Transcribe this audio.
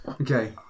okay